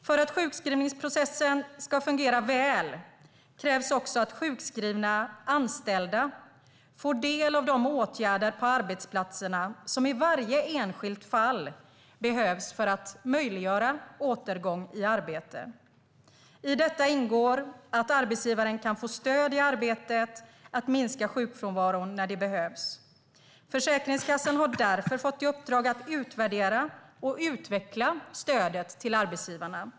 För att sjukskrivningsprocessen ska fungera väl krävs det också att sjukskrivna anställda får ta del av de åtgärder på arbetsplatserna som behövs i varje enskilt fall för att möjliggöra återgång i arbete. I detta ingår att arbetsgivaren kan få stöd i arbetet med att minska sjukfrånvaron när det behövs. Försäkringskassan har därför fått i uppdrag att utvärdera och utveckla stödet till arbetsgivarna.